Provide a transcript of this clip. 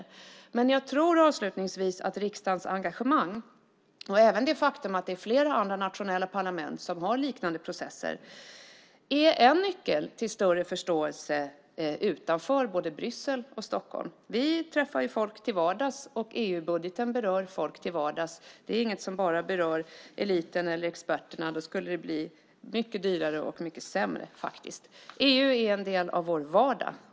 Avslutningsvis vill jag säga att jag tror att riksdagens engagemang och även det faktum att flera andra nationella parlament har liknande processer är en nyckel till en större förståelse utanför både Bryssel och Stockholm. Vi träffar ju folk till vardags, och EU-budgeten berör folk till vardags. Detta är inget som bara berör eliten eller experterna; då skulle det bli mycket dyrare och mycket sämre. EU är en del av vår vardag.